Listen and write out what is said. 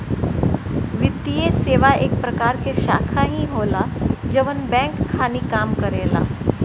वित्तीये सेवा एक प्रकार के शाखा ही होला जवन बैंक खानी काम करेला